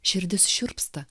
širdis šiurpsta